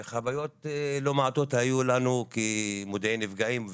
וחוויות לא מעטות היו לנו כמודיעי נפגעים,